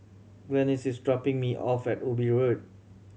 Glennis is dropping me off at Ubi Road